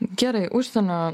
gerai užsienio